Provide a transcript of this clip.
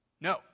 No